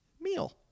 meal